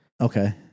Okay